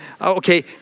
Okay